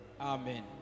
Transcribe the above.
amen